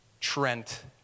Trent